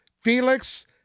Felix